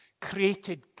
created